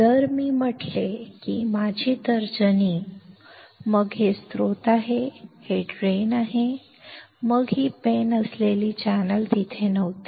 जर मी म्हंटले की माझी तर्जनी मग हे स्त्रोत आहे आणि हे ड्रेन आहे मग ही पेन असलेली चॅनेल तिथे नव्हती